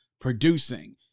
producing